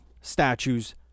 statues